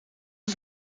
het